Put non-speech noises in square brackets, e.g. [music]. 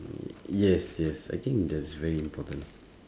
[noise] yes yes I think that's very important